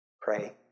pray